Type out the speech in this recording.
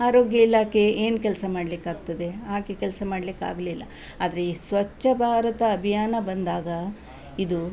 ಆರೋಗ್ಯ ಇಲಾಖೆ ಏನು ಕೆಲಸ ಮಾಡಲಿಕ್ಕಾಗ್ತದೆ ಹಾಗೆ ಕೆಲಸ ಮಾಡಲಿಕ್ಕಾಗ್ಲಿಲ್ಲ ಆದರೆ ಈ ಸ್ವಚ್ಛ ಭಾರತ ಅಭಿಯಾನ ಬಂದಾಗ ಇದು